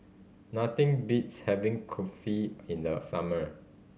nothing beats having Kulfi in the summer